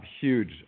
huge